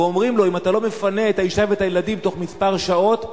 ואומרים לו: אם אתה לא מפנה את האשה והילדים בתוך כמה שעות,